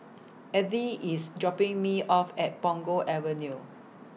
Edythe IS dropping Me off At Punggol Avenue